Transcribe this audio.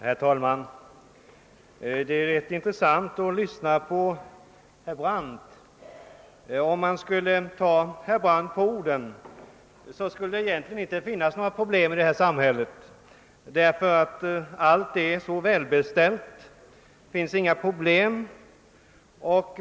Herr talman! Det är rätt intressant att lyssna på herr Brandt. Skulle man ta honom på orden skulle det egentligen inte finnas några problem i det här samhället, utan allt skulle vara välbeställt.